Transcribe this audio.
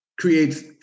creates